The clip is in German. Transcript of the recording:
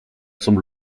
zum